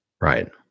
Right